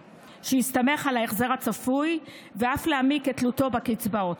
שהסתמך על ההחזר הצפוי ואף להעמיק את תלותו בקצבאות,